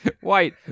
White